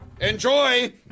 Enjoy